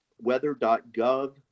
weather.gov